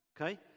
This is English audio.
okay